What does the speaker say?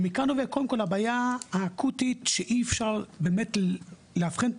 מכאן נובעת קודם כל הבעיה האקוטית שאי אפשר באמת לאבחן את